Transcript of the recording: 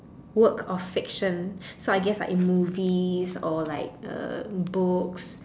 work of fiction so I guess like in movies or like uh books